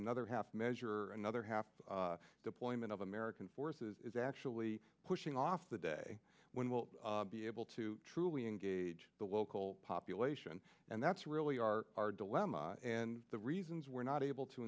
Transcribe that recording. another half measure another half deployment of american forces is actually pushing off the day when we'll be able to truly engage the local population and that's really our our dilemma and the reasons we're not able to